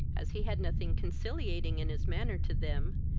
as he had nothing conciliating in his manner to them,